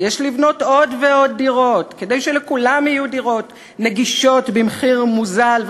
יש לבנות עוד ועוד דירות כדי שלכולם יהיו דירות נגישות במחיר מוזל,